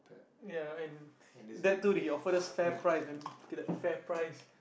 ya and that dude he offered us fairprice man look at that fairprice